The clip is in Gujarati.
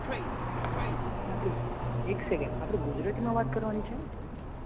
આપણે એક સેકન્ડ આપણે ગુજરાતીમાં વાત કરવાની છે ને